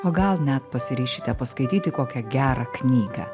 o gal net pasiryšite paskaityti kokią gerą knygą